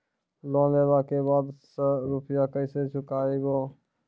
Loan लेला के बाद या रुपिया केसे चुकायाबो?